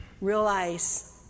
realize